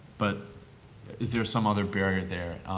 but is there some other barrier there,